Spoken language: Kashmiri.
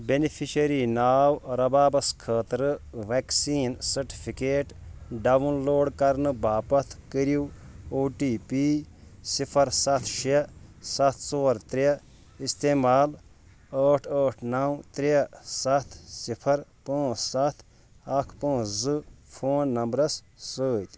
بینِفیشرِی ناو رَبابس خٲطرٕ ویکسیٖن سرٹِفکیٹ ڈاوُن لوڈ کرنہٕ باپتھ کٔرو او ٹی پی سِفر سَتھ شیٚے سَتھ ژور ترٛےٚ استعمال ٲٹھ ٲٹھ نو ترٛےٚ سَتھ صِفر پانٛژھ سَتھ اکھ پانٛژھ زٕ فون نمبرس سۭتۍ